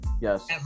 Yes